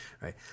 Right